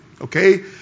okay